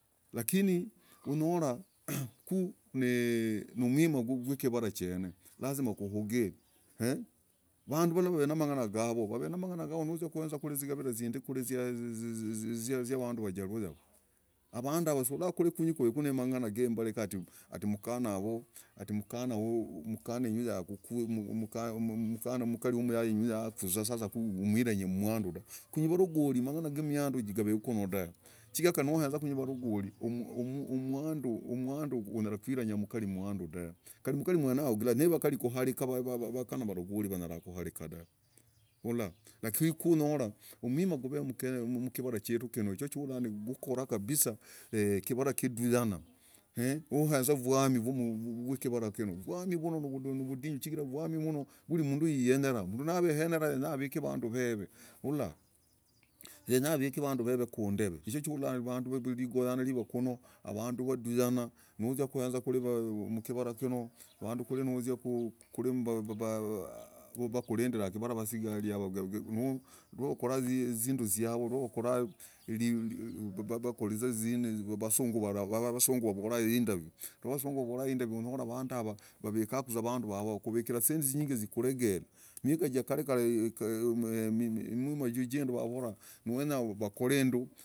Lakini nonyolah kuu. eeee. mmm, nimwimah yakivarah. chen lazima ug. ee vanduuwave wanamang'ana chavoo waven mang'ana gavoo wane mang'ana javoo ata nololah magabirah zindiii kwiri zaaa zaaa. wanduu wajaluo yavoo avanduu yavooo uslorah kwinyii kuvezaah, namang'ana gembalika etii mkanah havoo mkanah yamoi hinyuu yakukuza mmmm, sasa mwiranye mmwanduu dahv kwinyii varagoli mang'ana gammwanduu gavekuyodah kwinyii varagoli mang'ana gammwanduu gavekuyodahv kwinyii mkanah mlagolii anyalah kuulika dahv ulah lakini nololah gwimah kuvekuyozaa mkenya mkivarah chetu konoo. ku chololah kivarah kiduyanaah kabisa nakiduyanaah mmm, noezah umwamii mwivulah kiinoo yani nmmdinyuu vilimnduu wenyenyah. anyah avike vanduu vevee. ulah yenyah hakuvik vanduu we've kundeve ulah, nichookikorah vanduu nawanduyanah likokonyo, avanduu, nawanduyanah nozia kuezah kwiri mkivarah mmnoo kwiri naenzah kwiri kwiri kwiri vanduu yavaa wakulindirah kivarah kwiri vasikarii walindah. nivararuk ni navalolah vinduu vyaahoo naloraa mmm. nnnn. vasunguu alagah indaviyuu navasunguu, navalolah, indaviyuu, na vanduu yavaa waviku zisendii zinyingii zikur mwigah jakal neee. mmm. kuu. mwee. mmm, kumenyah kukorah nduuu.